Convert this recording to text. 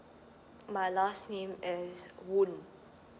my last name is woon